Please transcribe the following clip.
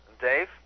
Dave